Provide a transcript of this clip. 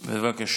בבקשה.